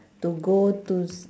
to go to s~